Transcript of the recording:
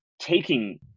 taking